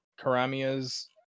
karamia's